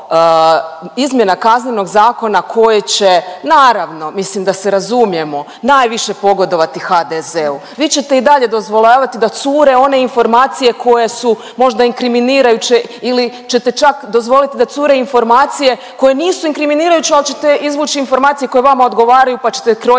izmjena Kaznenog zakona koji će, naravno mislim da se razumijemo, najviše pogodovati HDZ-u. Vi ćete i dalje dozvoljavati da cure one informacije koje su možda inkriminirajuće ili ćete čak dozvolit da cure informacije koje nisu inkriminirajuće, al ćete izvuć informacije koje vama odgovaraju, pa ćete krojit